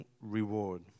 reward